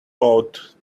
boat